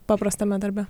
paprastame darbe